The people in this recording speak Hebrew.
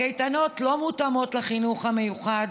הקייטנות לא מותאמות לחינוך המיוחד,